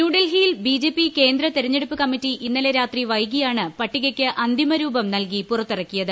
ന്യൂഡൽഹിയിൽ B J പൂർക്കേന്ദ്ര തെരഞ്ഞെടുപ്പ് കമ്മിറ്റി ഇന്നലെ രാത്രി വൈകിയാണ് പിട്ടികയ്ക്ക് അന്തിമരൂപം നൽകി പുറത്തിറക്കിയത്